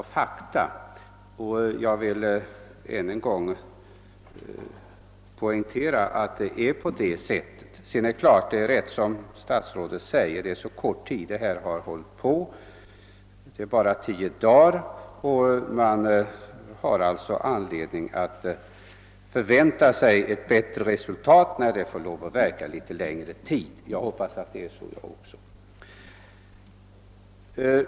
Jag vill än en gång poängtera att detta är fakta. Det är alldeles rätt, som statsrådet säger, att rekryteringsarbetet pågått en mycket kort tid — endast tio dagar. Man har alltså anledning att vänta ett bättre resultat när detta arbete har pågått litet längre. Jag hoppas naturligtvis att det blir på det sättet.